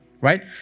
right